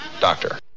doctor